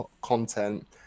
content